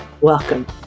Welcome